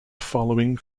following